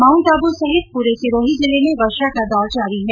माउंटआबू सहित पूरे सिरोही जिले में वर्षा का दौर जारी है